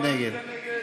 מי נגד?